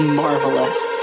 marvelous